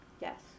Yes